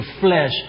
flesh